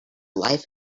life